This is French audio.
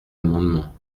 amendements